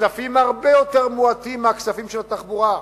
וכספים הרבה יותר מועטים מהכספים של התחבורה.